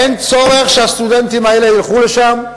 אין צורך שהסטודנטים האלה ילכו לשם.